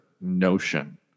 notion